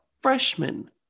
freshman